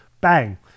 bang